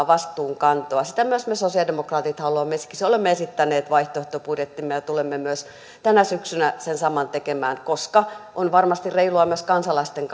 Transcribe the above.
vastuunkantoa sitä myös me sosialidemokraatit haluamme ja siksi olemme esittäneet vaihtoehtobudjettimme ja tulemme myös tänä syksynä sen saman tekemään koska on varmasti reilua myös kansalaisten